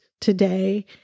today